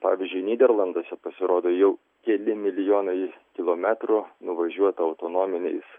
pavyzdžiui nyderlanduose pasirodo jau keli milijonai kilometrų nuvažiuota autonominiais